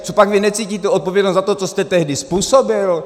Copak vy necítíte odpovědnost za to, co jste tehdy způsobil?